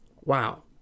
Wow